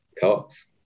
co-ops